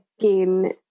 again